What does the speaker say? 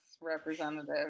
representative